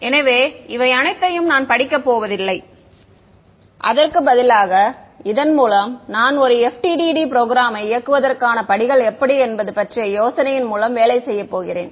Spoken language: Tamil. எனவே இவை அனைத்தையும் நான் படிக்க போவதில்லை அதற்கு பதிலாக இதன் மூலம் நான் ஒரு FDTD ப்ரோக்ராமை இயக்குவதற்கான படிகள் எப்படி என்பது பற்றிய யோசனையின் மூலம் வேலை செய்யப்போகிறேன்